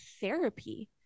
therapy